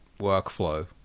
workflow